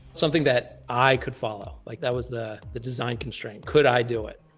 something that i could follow. like that was the the design constraint. could i do it?